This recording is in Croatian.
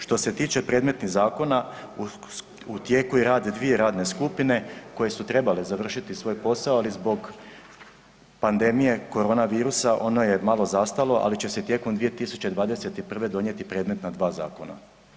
Što se tiče predmetnih zakona, u tijeku je rad dvije radne skupine koje su trebale završiti svoj posao, ali zbog pandemije koronavirusa ono je malo zastalo, ali će se tijekom 2021. donijeti predmetna dva zakona.